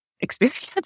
experience